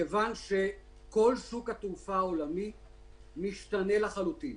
מכיוון שכל שוק התעופה העולמי משתנה לחלוטין,